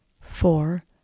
four